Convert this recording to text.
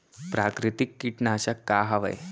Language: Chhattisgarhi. प्राकृतिक कीटनाशक का हवे?